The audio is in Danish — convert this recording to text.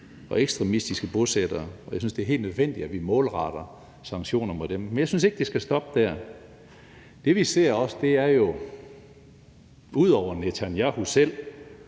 og ekstremistiske bosættere, og jeg synes, det er helt nødvendigt, at vi målretter sanktioner mod dem, men jeg synes ikke, det skal stoppe der. Det, vi også ser, er jo, ud over Netanyahu selv,